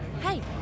Hey